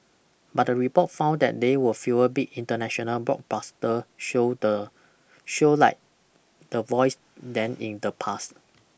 but the report found that they were fewer big international blockbuster show the show like The Voice than in the past